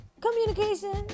Communication